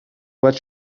bat